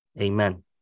Amen